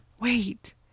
wait